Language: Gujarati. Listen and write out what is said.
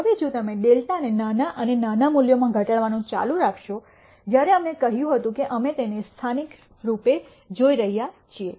હવે જો તમે δ ને નાના અને નાના મૂલ્યોમાં ઘટાડવાનું ચાલુ રાખશો જ્યારે અમે કહ્યું હતું કે અમે તેને સ્થાનિક રૂપે જોઈ રહ્યા છીએ